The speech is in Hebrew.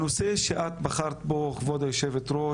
אני חושב שהנושא שאת בחרת בו, כבוד היו"ר,